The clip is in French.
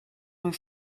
rue